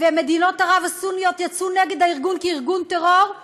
ומדינת ערב הסוניות יצאו נגד הארגון כארגון טרור,